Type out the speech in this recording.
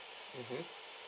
mmhmm